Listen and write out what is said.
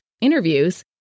interviews